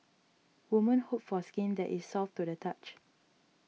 women hope for skin that is soft to the touch